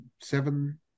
seven